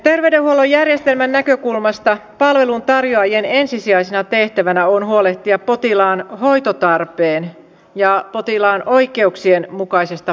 terveydenhuollon järjestelmän näkökulmasta palveluntarjoajien ensisijaisena tehtävänä on huolehtia potilaan hoitotarpeen ja potilaan oikeuksien mukaisesta palvelusta